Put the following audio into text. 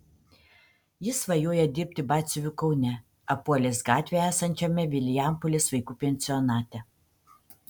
jis svajoja dirbti batsiuviu kaune apuolės gatvėje esančiame vilijampolės vaikų pensionate